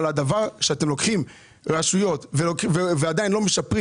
זה שאתם לוקחים רשויות ועדיין לא משפרים